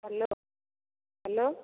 hello hello